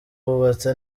wubatse